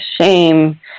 shame